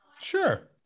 Sure